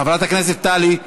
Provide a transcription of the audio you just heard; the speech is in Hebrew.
חברת הכנסת טלי.